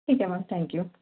ठीक आहे मग थँक्यू